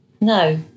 No